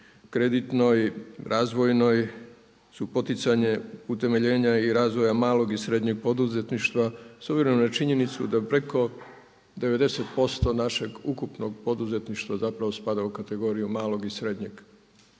kreditnoj, razvojnoj su poticanje utemeljenja i razvoja malog i srednjeg poduzetništva, s obzirom na činjenicu da preko 90% našeg ukupnog poduzetništva zapravo spada u kategoriju malog i srednjeg. To je